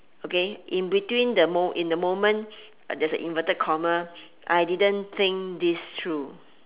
okay in between the mo~ in the moment there's a inverted comma I didn't think this through